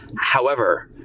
however,